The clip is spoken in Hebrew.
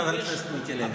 חבר הכנסת מיקי לוי.